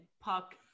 puck